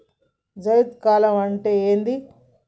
జైద్ కాలం అంటే ఏంది?